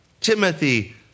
Timothy